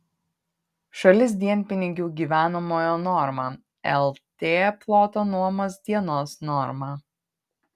šalis dienpinigių gyvenamojo norma lt ploto nuomos dienos norma